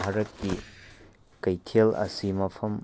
ꯚꯥꯔꯠꯀꯤ ꯀꯩꯊꯦꯜ ꯑꯁꯤ ꯃꯐꯝ